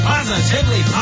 Positively